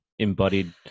embodied